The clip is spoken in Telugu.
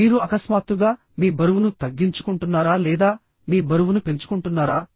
మీరు అకస్మాత్తుగా మీ బరువును తగ్గించుకుంటున్నారా లేదా మీ బరువును పెంచుకుంటున్నారా